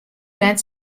let